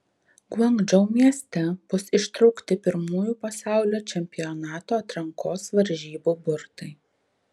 guangdžou mieste bus ištraukti pirmųjų pasaulio čempionato atrankos varžybų burtai